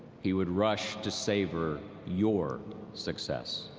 he would rush to savior your success.